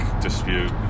dispute